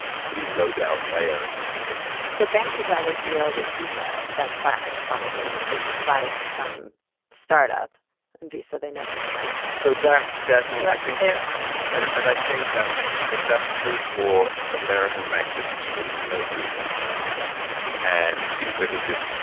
pretty low down layer in that ecosystem so banks would rather deal with visa than plaid, probably because plaid is just some startup visa. they know visa. so that definitely i think their end of it and and i think that's if that's true for american banks, it's even more true for international banks and visa. is this,